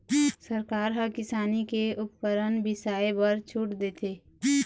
सरकार ह किसानी के उपकरन बिसाए बर छूट देथे